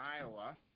Iowa